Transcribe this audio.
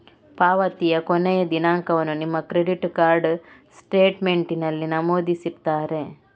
ಪಾವತಿಯ ಕೊನೆಯ ದಿನಾಂಕವನ್ನ ನಿಮ್ಮ ಕ್ರೆಡಿಟ್ ಕಾರ್ಡ್ ಸ್ಟೇಟ್ಮೆಂಟಿನಲ್ಲಿ ನಮೂದಿಸಿರ್ತಾರೆ